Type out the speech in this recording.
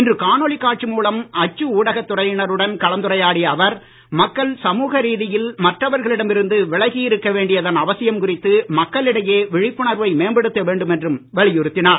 இன்று காணொலி காட்சி மூலம் அச்சு ஊடகத் துறையினருடன் கலந்துரையாடிய அவர் மக்கள் சமூக ரீதியில் மற்றவர்களிடம் இருந்து விலகி இருக்க வேண்டியதன் அவசியம் குறித்து மக்களிடையே விழிப்புணர்வை மேம்படுத்த வேண்டும் என்றும் வலியுறுத்தினார்